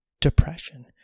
depression